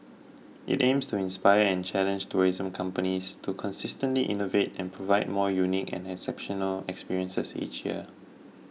it aims to inspire and challenge tourism companies to consistently innovate and provide more unique and exceptional experiences each year